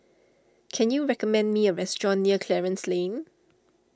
can you recommend me a restaurant near Clarence Lane